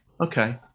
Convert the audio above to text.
okay